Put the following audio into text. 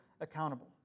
accountable